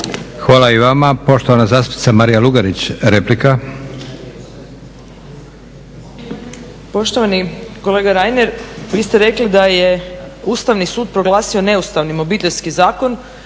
Hvala i vama. Poštovana zastupnica Marija Lugarić, replika. **Lugarić, Marija (SDP)** Poštovani kolega Reiner, vi ste rekli da je Ustavni sud proglasio neustavnim Obiteljski zakon.